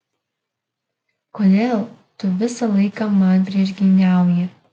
kodėl tu visą laiką man priešgyniauji